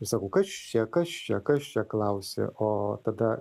ir sakau kas čia kas čia kas čia klausi o tada